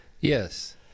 Yes